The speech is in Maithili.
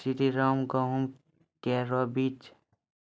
श्रीराम गेहूँ केरो बीज?